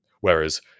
Whereas